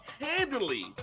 handily